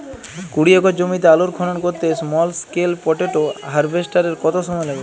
কুড়ি একর জমিতে আলুর খনন করতে স্মল স্কেল পটেটো হারভেস্টারের কত সময় লাগবে?